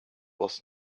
was